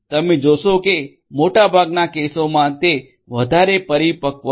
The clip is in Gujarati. તમે જોશો કે મોટાભાગના કેસોમાં તે વધારે પરિપક્વ નથી